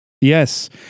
Yes